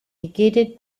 gated